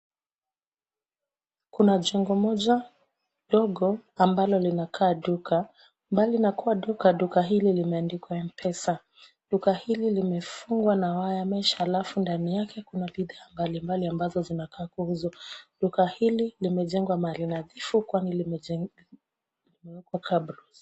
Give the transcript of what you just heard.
Kuna jengo moja ndogo, ambalo linakaa duka. Mbali na kuwa duka, duka hili limeandikwa M-Pesa. Duka hili limefungwa na wire mesh , alafu ndani yake kuna bidhaa mbalimbali ambazo zinakaa kuuzwa. Duka hili limejengwa mahali nadhifu, kwani limejengwa kwenye barabara iliyowekwa carbros .